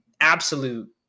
Absolute